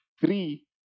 three